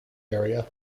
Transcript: area